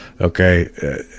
Okay